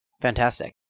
Fantastic